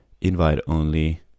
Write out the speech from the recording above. invite-only